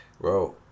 bro